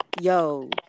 yo